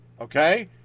okay